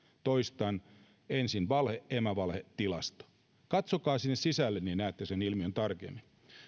toistan valhe emävalhe tilasto katsokaa sinne sisälle niin näette sen ilmiön tarkemmin